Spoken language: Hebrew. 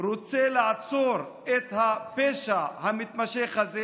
רוצה לעצור את הפשע המתמשך הזה,